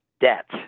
debt